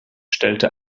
stellte